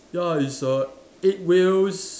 ya it's a eight wheels